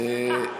איזו קבלת פנים.